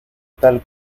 tal